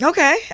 Okay